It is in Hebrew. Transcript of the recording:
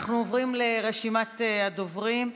אנחנו עוברים לרשימת הדוברים.